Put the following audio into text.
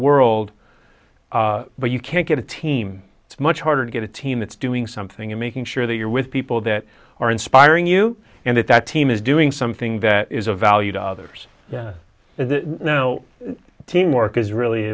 world but you can't get a team it's much harder to get a team that's doing something and making sure that you're with people that are inspiring you and that that team is doing something that is of value to others as now teamwork is really